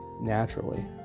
naturally